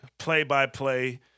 play-by-play